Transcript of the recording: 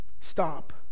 Stop